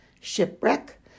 shipwreck